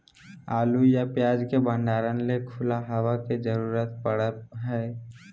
आलू या प्याज के भंडारण ले खुला हवा के जरूरत पड़य हय